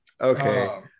Okay